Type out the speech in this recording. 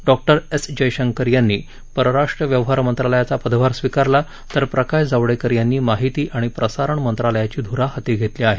doctor S Jaishankar यांनी परराष्ट्र व्यवहार मंत्रालयाचा पदभार स्वीकारला तर प्रकाश जावडेकर यांनी माहिती आणि प्रसारण मंत्रालयाची धूरा हाती घेतली आहे